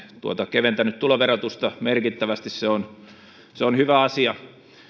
keventänyt tuloverotusta merkittävästi se on se on hyvä asia